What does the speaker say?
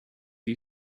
you